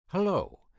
Hello